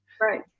Right